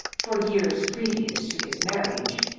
for years previous to his marriage,